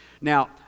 Now